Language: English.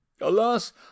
alas